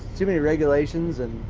too many regulations, and